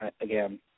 Again